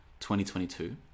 2022